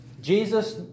Jesus